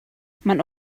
man